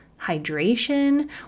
hydration